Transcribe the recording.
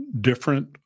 different